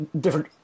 different